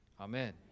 amen